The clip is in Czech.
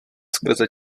skrze